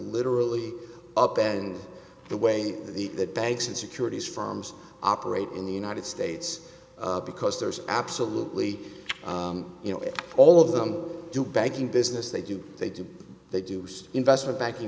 literally up and the way that banks and securities firms operate in the united states because there's absolutely you know all of them do banking business they do they do they do investment banking